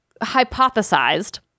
hypothesized